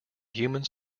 humans